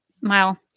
mile